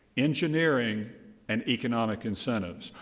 engineering and economic incentives.